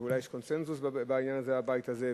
אולי יש קונסנזוס בעניין הזה בבית הזה,